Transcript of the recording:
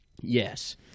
Yes